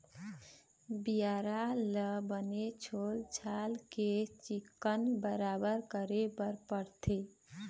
बियारा ल बने छोल छाल के चिक्कन बराबर करे बर परथे